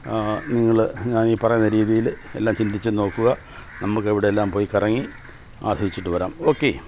നിങ്ങൾ ഞാൻ ഈ പറയുന്ന രീതിയിൽ എല്ലാം ചിന്തിച്ച് നോക്കുക നമുക്ക് അവിടെ എല്ലാം പോയി കറങ്ങി ആസ്വദിച്ചിട്ട് വരാം ഓക്കെ